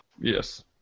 Yes